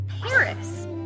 Paris